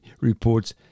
reports